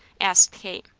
asked kate.